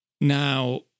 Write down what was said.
Now